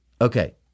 Okay